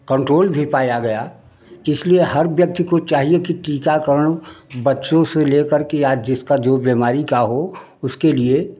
control भी पाया गया इसलिए हर व्यक्ति को चाहिए कि टीकाकरण बच्चों से लेकर के आज जिसका जो बीमारी का हो उसके लिए